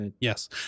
Yes